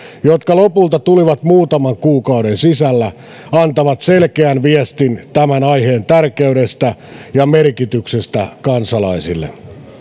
jotka lopulta tulivat muutaman kuukauden sisällä antavat selkeän viestin tämän aiheen tärkeydestä ja merkityksestä kansalaisille arvoisa